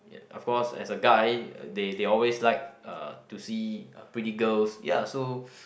ya of course as a guy they they always like uh to see uh pretty girls ya so